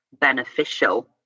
beneficial